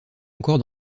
encore